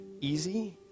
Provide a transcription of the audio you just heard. easy